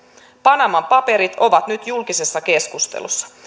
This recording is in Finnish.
panaman paperit ovat nyt julkisessa keskustelussa